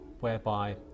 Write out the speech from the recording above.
whereby